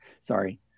sorry